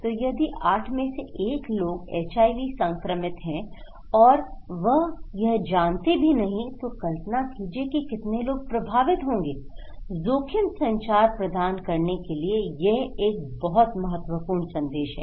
तो यदि 8 में से 1 लोग एचआईवी संक्रमित हैं और वह यह जानते भी नहीं तो कल्पना कीजिए कि कितने लोग प्रभावित होंगे जोखिम संचार प्रदान करने के लिए यह एक बहुत महत्वपूर्ण संदेश है